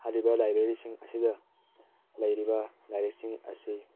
ꯍꯥꯏꯔꯤꯕ ꯂꯥꯏꯕ꯭ꯔꯦꯔꯤꯁꯤꯡ ꯑꯁꯤꯗ ꯂꯩꯔꯤꯕ ꯂꯥꯏꯔꯤꯛꯁꯤꯡ ꯑꯁꯤ